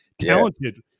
talented